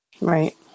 Right